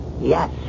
Yes